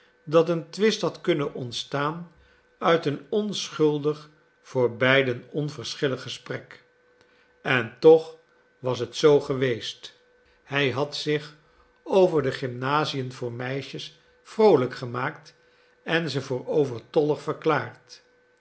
dat een twist had kunnen ontstaan uit een onschuldig voor beiden onverschillig gesprek en toch was het zoo geweest hij had zich over de gymnasiën voor meisjes vroolijk gemaakt en ze voor overtollig verklaard